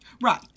Right